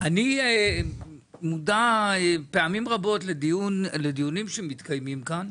אני מודע פעמים רבות לדיונים שמתקיימים כאן,